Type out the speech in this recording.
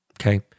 okay